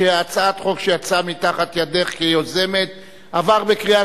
שהצעת חוק שיצאה מתחת ידך כיוזמת עברה בקריאה